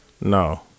No